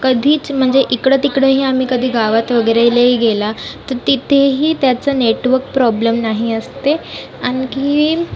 कधीच म्हणजे इकडं तिकडंही आम्ही कधी गावात वगैरे लई गेला तर तिथेही त्याचं नेटवर्क प्रॉब्लेम नाही असते आणखीन